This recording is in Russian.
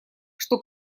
что